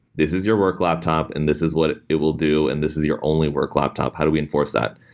this is your work laptop and this is what it it will do and this is your only work laptop. how do we enforce that?